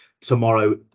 tomorrow